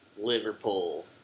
Liverpool